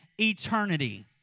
eternity